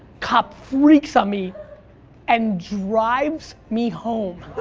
cop freaks on me and drives me home.